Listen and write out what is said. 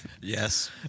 yes